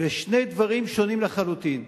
אלה שני דברים שונים לחלוטין.